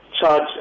charge